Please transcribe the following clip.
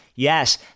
Yes